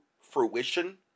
fruition